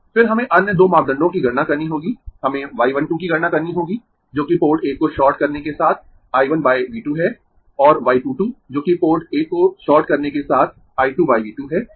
फिर हमें अन्य 2 मापदंडों की गणना करनी होगी हमें y 1 2 की गणना करनी होगी जो कि पोर्ट 1 को शॉर्ट करने के साथ I 1 V 2 है और y 2 2 जो कि पोर्ट 1 को शॉर्ट करने के साथ I 2 V 2 है